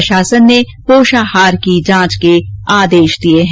प्रशासन ने पोषाहार की जांच के निर्देश दिए हैं